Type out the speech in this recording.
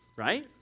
right